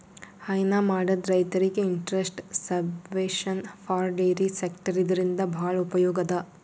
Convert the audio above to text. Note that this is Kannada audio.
ಹೈನಾ ಮಾಡದ್ ರೈತರಿಗ್ interest subvention for dairy sector ಇದರಿಂದ್ ಭಾಳ್ ಉಪಯೋಗ್ ಅದಾ